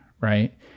Right